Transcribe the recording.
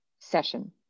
session